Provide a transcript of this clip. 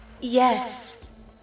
Yes